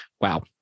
wow